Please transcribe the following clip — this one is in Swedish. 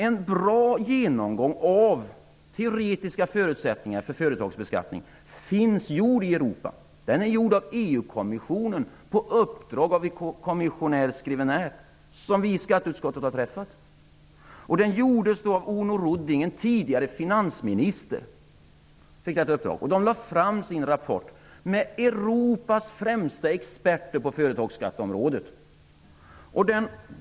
En bra genomgång av de teoretiska förutsättningarna för företagsbeskattning har gjorts av EU kommissionen på uppdrag en kommissionär, som vi i skatteutskottet har träffat. Genomgången gjordes av Onno Rudding, tidigare finansminister. Man lade fram sin rapport i samarbete med Europas främsta experter på skatteområdet.